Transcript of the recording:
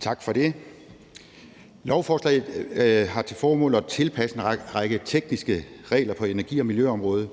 Tak for det. Lovforslaget har til formål at tilpasse en række tekniske regler på energi- og miljøområdet.